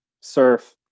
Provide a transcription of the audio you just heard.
surf